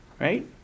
right